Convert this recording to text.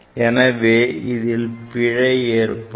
எனவே அதில் பிழை ஏற்படும்